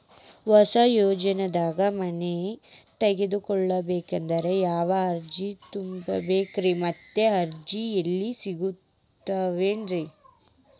ಆವಾಸ ಯೋಜನೆದಾಗ ಮನಿ ತೊಗೋಬೇಕಂದ್ರ ಯಾವ ಅರ್ಜಿ ತುಂಬೇಕ್ರಿ ಮತ್ತ ಅರ್ಜಿ ಎಲ್ಲಿ ಸಿಗತಾವ್ರಿ?